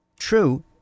True